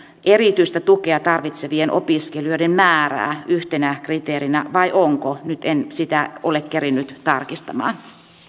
erityistä tukea tarvitsevien opiskelijoiden määrää yhtenä kriteerinä vai onko nyt en sitä ole kerinnyt tarkistamaan